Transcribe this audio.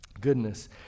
Goodness